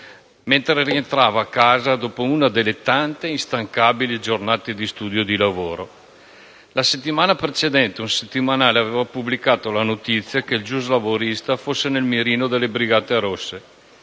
mentre rientrava a casa dopo una delle tante instancabili giornate di studio e lavoro. La settimana precedente un settimanale aveva pubblicato la notizia secondo cui il giuslavorista era nel mirino delle Brigate rosse.